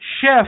Chef